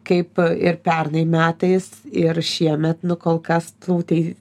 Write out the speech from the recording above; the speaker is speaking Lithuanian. kaip ir pernai metais ir šiemet nu kol kas tų tei